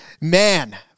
Man